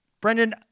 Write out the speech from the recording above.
Brendan